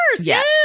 yes